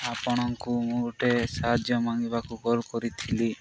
ଆପଣଙ୍କୁ ମୁଁ ଗୋଟେ ସାହାଯ୍ୟ ମାଙ୍ଗିବାକୁ କଲ୍ କରିଥିଲି